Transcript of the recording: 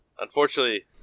Unfortunately